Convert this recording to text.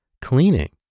cleaning